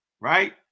right